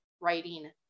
writing